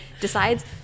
decides